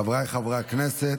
חברי הכנסת,